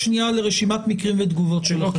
נעבור לרשימת מקרים ותגובות שלכם.